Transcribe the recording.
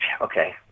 Okay